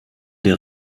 der